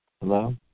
Hello